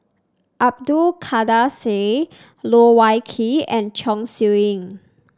Abdul Kadir Syed Loh Wai Kiew and Chong Siew Ying